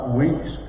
weeks